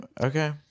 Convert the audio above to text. Okay